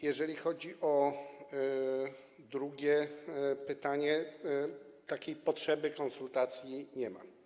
Jeżeli chodzi o drugie pytanie, takiej potrzeby konsultacji nie ma.